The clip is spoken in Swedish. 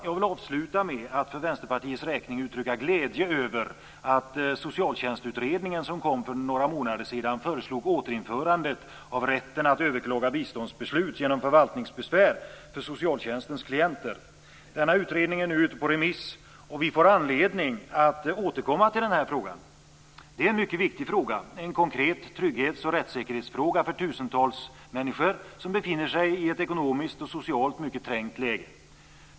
Jag vill avsluta med att för Vänsterpartiets räkning uttrycka glädje över att Socialtjänstutredningen, som kom för några månader sedan, föreslog återinförande av rätten att överklaga biståndsbeslut genom förvaltningsbesvär för socialtjänstens klienter. Denna utredning är nu ute på remiss, och vi får anledning att återkomma till denna fråga. Detta är en mycket viktig fråga, en konkret trygghets och rättssäkerhetsfråga för tusentals människor som befinner sig i ett ekonomiskt och socialt mycket trängt läge.